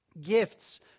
Gifts